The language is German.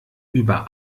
über